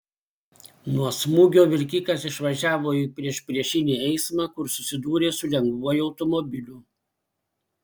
nuo smūgio vilkikas išvažiavo į priešpriešinį eismą kur susidūrė su lengvuoju automobiliu